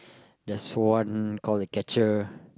there's one call the catcher